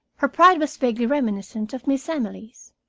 her pride was vaguely reminiscent of miss emily's.